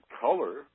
color